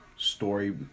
story